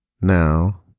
Now